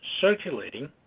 circulating